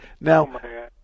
Now